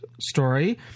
story